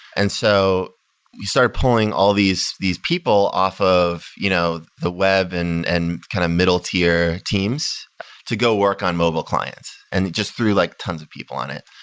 and so you start pulling all these these people off of you know the web and and kind of middle-tier teams to go work on mobile client and just through like tons of people on it.